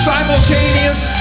Simultaneous